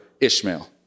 Ishmael